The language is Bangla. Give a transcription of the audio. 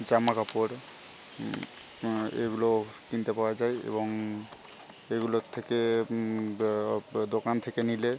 জামা কাপড় এগুলো কিনতে পাওয়া যায় এবং এগুলোর থেকে দোকান থেকে নিলে